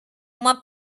uma